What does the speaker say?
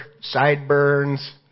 sideburns